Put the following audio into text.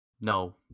No